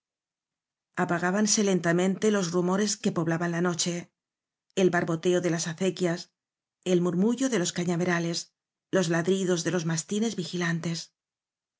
plumas apagábanse lentamente los rumores que poblaban la noche el barboteo de las acequias el murmullo de los cañaverales los ladridos de los mastines vigilantes